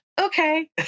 okay